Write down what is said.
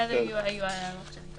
אלו היו ההערות שלי.